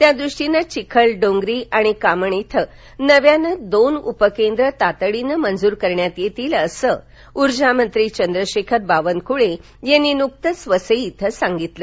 त्यादृष्टीनं विखल डोंगरी आणि कामण इथं नव्यानं दोन उपकेंद्र तातडीनं मंजूर करण्यात येतील असं ऊर्जा मंत्री चंद्रशेखर बावनकुळे यांनी नुकतंच वसई इथं सांगितलं